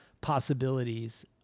possibilities